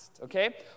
okay